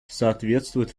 соответствует